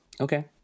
Okay